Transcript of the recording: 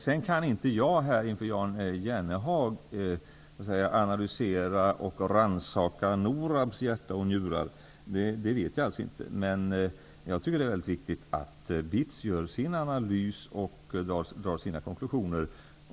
Sedan kan varken jag eller Jan Jennehag här analysera och rannsaka NORAD:s hjärta och njurar. Men jag tycker att det är mycket viktigt att BITS gör sin analys och drar sina konklusioner.